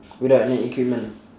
without any equipment